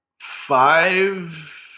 five